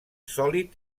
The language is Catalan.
sòlid